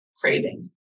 craving